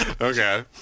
Okay